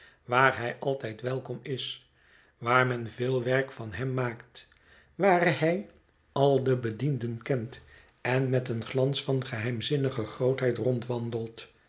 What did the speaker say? waar hij altijd welkom is waar men veel werk van hem maakt waar hij al de bedienden kent en met een glans van geheimzinnige grootheid rondwandelt